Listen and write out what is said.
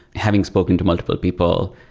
having spoken to multiple people,